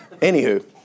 Anywho